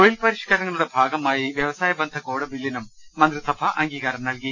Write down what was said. തൊഴിൽ പരിഷ്കരണങ്ങളുടെ ഭാഗമായി വ്യവ സായ ബന്ധ കോഡ് ബില്ലിനും മന്ത്രിസഭ അംഗീകാരം നൽകി